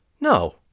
No